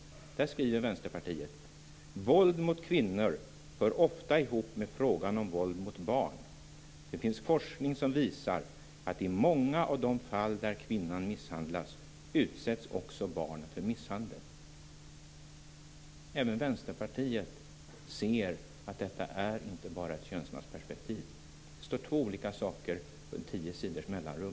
Där skriver Vänsterpartiet: Våld mot kvinnor hör ofta ihop med frågan om våld mot barn. Det finns forskning som visar att i många av de fall där kvinnan misshandlas utsätts också barn för misshandel. Även Vänsterpartiet ser att detta inte bara är ett könsmaktsperspektiv. Det står två olika saker med tio sidors mellanrum.